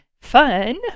Fun